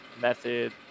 Method